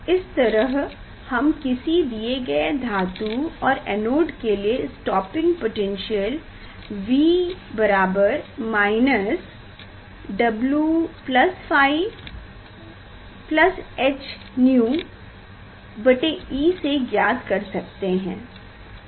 इस तरह हम किसी दिये गए धातु और एनोड के लिए stopping potential V W ϕ h𝛎e से ज्ञात कर सकते हैं